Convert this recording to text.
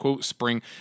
Spring